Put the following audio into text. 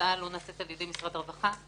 ההצעה לא נעשית על-ידי משרד הרווחה,